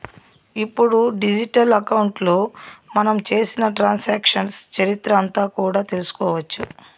ఇప్పుడు డిజిటల్ అకౌంట్లో మనం చేసిన ట్రాన్సాక్షన్స్ చరిత్ర అంతా కూడా తెలుసుకోవచ్చు